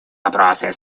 вопросы